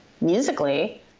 musically